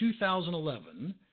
2011